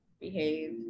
behave